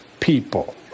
People